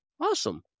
Awesome